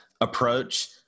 approach